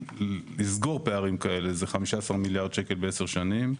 לסגור פערים כאלה זה 15 מיליארד שקל בעשר שנים,